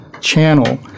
Channel